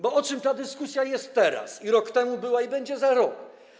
Bo o czym ta dyskusja jest teraz i rok temu była, i będzie za rok?